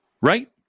right